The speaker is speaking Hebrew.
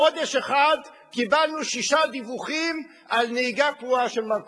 בחודש אחד קיבלנו שישה דיווחים על נהיגה פרועה של מר כהן.